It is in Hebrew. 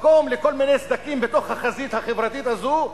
מקום לכל מיני סדקים בתוך החזית החברתית הזאת,